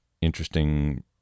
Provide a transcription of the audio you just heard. interesting